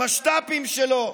המשת"פים שלו,